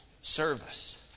service